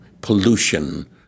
pollution